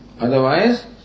Otherwise